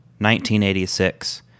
1986